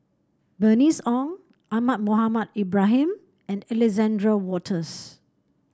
Bernice Ong Ahmad Mohamed Ibrahim and Alexander Wolters